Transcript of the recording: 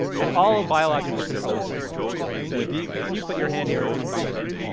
and all biological control is like this, right? so if you if you put your hand here and someone bumps it,